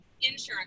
insurance